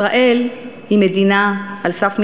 ישראל היא מדינה על סף מדבר,